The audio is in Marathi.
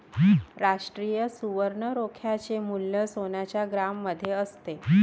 राष्ट्रीय सुवर्ण रोख्याचे मूल्य सोन्याच्या ग्रॅममध्ये असते